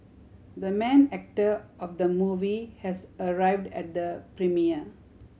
the main actor of the movie has arrived at the premiere